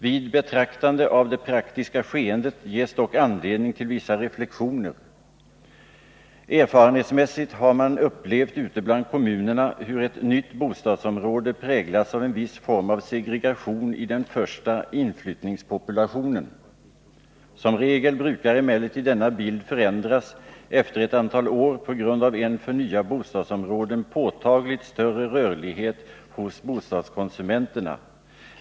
Vid betraktande av det praktiska skeendet ges dock anledning till vissa reflexioner. Erfarenhetsmässigt har man ute i kommunerna upplevt hur ett nytt bostadsområde präglats av en viss form av segregation i den första inflyttningspopulationen. Som regel brukar emellertid denna bild förändras efter ett antal år på grund av en för nya bostadsområden påtagligt större rörlighet hos bostadskonsumenterna.